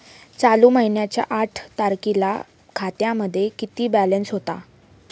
चालू महिन्याच्या आठ तारखेला खात्यामध्ये किती बॅलन्स होता?